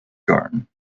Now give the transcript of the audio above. garden